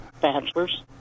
bachelor's